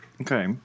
Okay